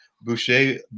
boucher